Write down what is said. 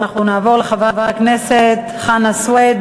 נעבור לחבר הכנסת חנא סוייד.